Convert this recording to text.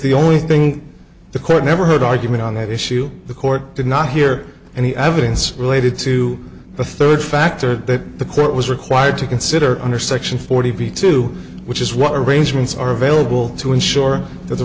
the only thing the court never heard argument on that issue the court did not hear any evidence related to the third factor that the court was required to consider under section forty two which is what arrangements are available to ensure th